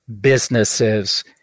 businesses